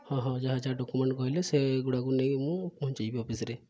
ହଁ ହଁ ଯାହା ଯାହା ଡକ୍ୟୁମେଣ୍ଟ କହିଲେ ସେଗୁଡ଼ାକୁ ନେଇ ମୁଁ ପହଞ୍ଚେଇବି ଅଫିସରେ